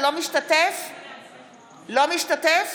אינו נוכח יצחק פינדרוס,